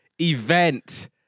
event